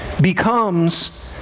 becomes